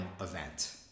event